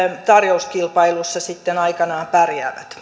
tarjouskilpailuissa sitten aikanaan pärjäävät